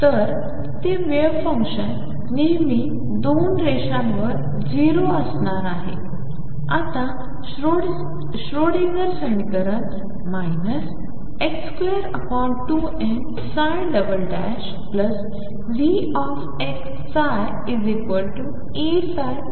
तर ते wave function नेहमी दोन सीमारेषांवर 0 असणार आहे आता श्रोडिंगर समीकरण उणे 22mVxψEψ आहे